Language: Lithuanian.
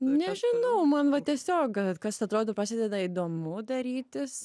nežinau man va tiesiog kas atrodo pasideda įdomu darytis